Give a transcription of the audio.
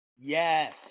Yes